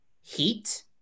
heat